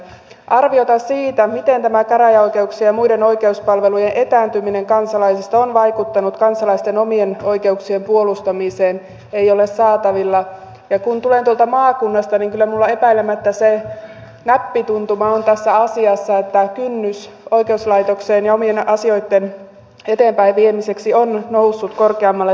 arviota siitä miten tämä käräjäoikeuksien ja muiden oikeuspalvelujen etääntyminen kansalaisista on vaikuttanut kansalaisten omien oikeuksien puolustamiseen ei ole saatavilla ja kun tulen tuolta maakunnasta kyllä minulla epäilemättä se näppituntuma on tässä asiassa että kynnys oikeuslaitokseen ja omien asioitten eteenpäinviemiseen on noussut korkeammalle tasolle